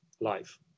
life